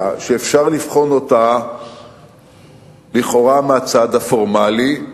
שאפשר לבחון אותה לכאורה מהצד הפורמלי.